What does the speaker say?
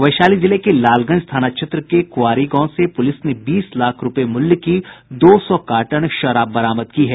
वैशाली जिले के लालगंज थाना क्षेत्र के कुआरी गांव से पुलिस ने बीस लाख रूपये मूल्य की दो सौ कार्टन शराब बरामद की है